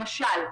למשל,